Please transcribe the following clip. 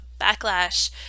backlash